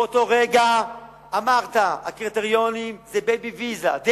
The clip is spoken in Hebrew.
באותו רגע אמרת: הקריטריונים זה "בייבי ויזה" דהיינו,